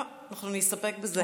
לא, אנחנו נסתפק בזה.